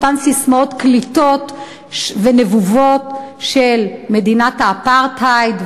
אותן ססמאות קליטות ונבובות של מדינת אפרטהייד,